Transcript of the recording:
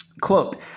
Quote